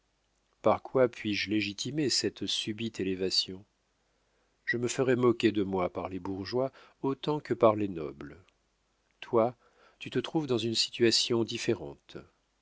par quoi puis-je légitimer cette subite élévation je me ferais moquer de moi par les bourgeois autant que par les nobles toi tu te trouves dans une situation différente